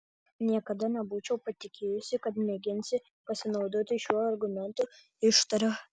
niekada nebūčiau patikėjusi kad mėginsi pasinaudoti šiuo argumentu ištariau